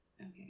Okay